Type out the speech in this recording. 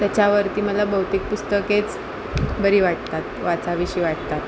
त्याच्यावरती मला भौतिक पुस्तकेच बरी वाटतात वाचाविशी वाटतात